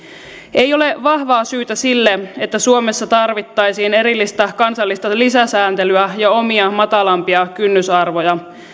ei ole vahvaa syytä sille että suomessa tarvittaisiin erillistä kansallista lisäsääntelyä ja omia matalampia kynnysarvoja